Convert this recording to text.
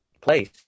place